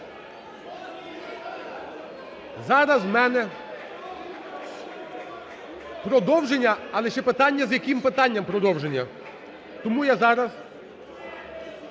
Зараз у мене, продовження, але ще питання з яким питанням продовження. Тому я зараз,